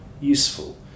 useful